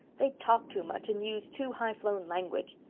they talk too much and use too high-flown language.